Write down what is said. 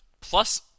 plus